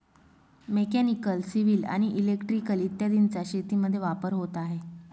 mechanical, civil आणि electrical इत्यादींचा शेतीमध्ये वापर होत आहे